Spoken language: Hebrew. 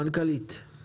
המנכ"לית, בבקשה.